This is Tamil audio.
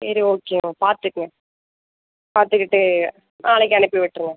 சரி ஓகே மேம் பார்த்துக்குங்க பார்த்துகுட்டு நாளைக்கு அனுப்பிவிட்ருங்க